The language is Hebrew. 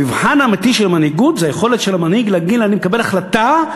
המבחן האמיתי של מנהיגות זה היכולת של המנהיג להגיד: אני מקבל החלטה,